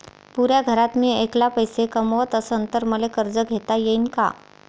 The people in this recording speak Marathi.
पुऱ्या घरात मी ऐकला पैसे कमवत असन तर मले कर्ज घेता येईन का?